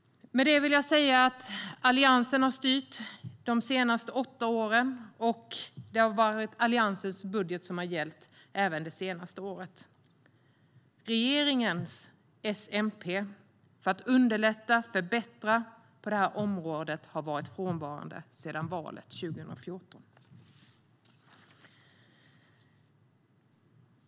Med det vill jag säga att Alliansen har styrt under åtta år, och det har varit Alliansens budget som har gällt även det senaste året. S-MP-regeringens reformer för att underlätta eller förbättra på det här området har varit frånvarande sedan valet 2014.